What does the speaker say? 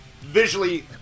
visually